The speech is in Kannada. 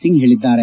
ಸಿಂಗ್ ಹೇಳಿದ್ಗಾರೆ